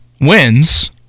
wins